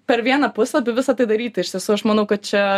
per vieną puslapį visa tai daryti iš tiesų aš manau kad čia